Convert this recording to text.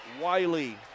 Wiley